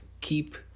keep